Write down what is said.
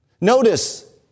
Notice